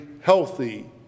healthy